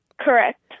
Correct